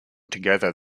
together